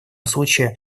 случае